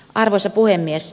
arvoisa puhemies